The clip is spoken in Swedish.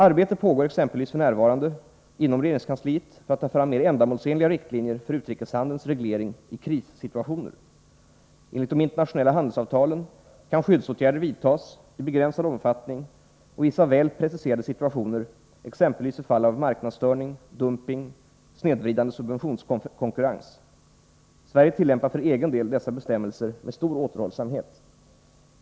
Arbete pågår exempelvis f. n. inom regeringskansliet för att ta fram mer ändamålsenliga riktlinjer för utrikeshandelns reglering i krissituationer. Enligt de internationella handelsavtalen kan skyddsåtgärder vidtas i viss begränsad omfattning och i vissa väl preciserade situationer, exempelvis vid fall av marknadsstörning, dumping och snedvridande subventionskonkurrens. Sverige tillämpar för egen del dessa bestämmelser med stor återhållsamhet.